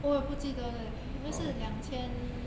我也不记得 leh 应该是两千